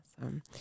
Awesome